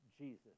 Jesus